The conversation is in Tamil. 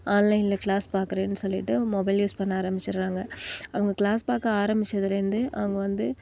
ஆன்லைன்ல கிளாஸ் பார்க்குறேன்னு சொல்லிட்டு மொபைல் யூஸ் பண்ண ஆரம்பிச்சிடுறாங்க அவங்க கிளாஸ் பார்க்க ஆரம்பிச்சதுலேருந்து அவங்க வந்து